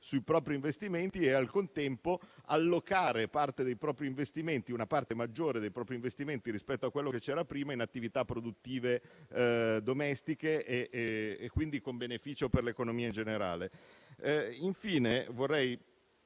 sui propri investimenti e al contempo allocare una parte maggiore dei propri investimenti rispetto a quello che c'era prima in attività produttive domestiche, con beneficio per l'economia in generale. Infine, vorrei